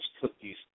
cookies